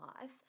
life